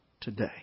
today